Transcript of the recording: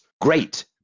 Great